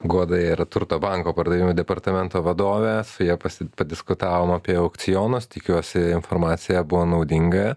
guoda yra turto banko pardavimo departamento vadovė su ja pasi padiskutavom apie aukcionus tikiuosi informacija buvo naudinga